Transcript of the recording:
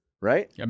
right